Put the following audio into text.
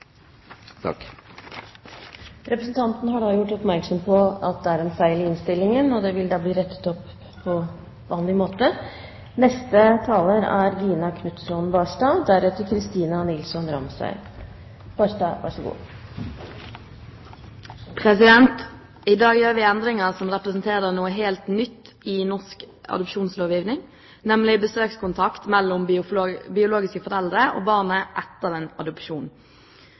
har da gjort oppmerksom på at det er en feil i innstillingen. Det vil bli rettet opp på vanlig måte. I dag gjør vi endringer som representerer noe helt nytt i norsk adopsjonslovgivning, nemlig besøkskontakt mellom biologiske foreldre og barnet etter